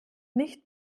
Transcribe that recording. nicht